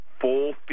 full